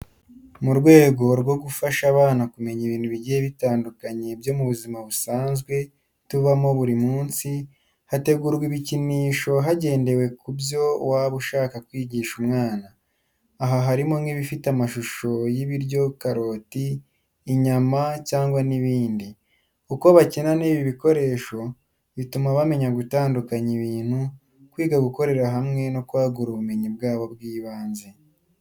Mu rwego rwo gufasha abana kumenya ibintu bigiye bitandukanye byo mu buzima busanzwe tubamo buri munsi, hategurwa ibikinisho hagendewe ku byo waba ushaka kwigisha umwana. Aha harimo nk’ibifite amashusho y’ibiryo karoti, inyama, cyangwa n’ibindi. Uko bakina n’ibi bikoresho bituma bamenya gutandukanya ibintu, kwiga gukorera hamwe no kwagura ubumenyi bwabo bw’ibanze.